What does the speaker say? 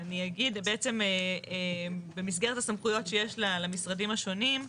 אני אגיד, במסגרת הסמכויות שיש למשרדים השונים,